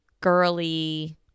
girly